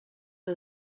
que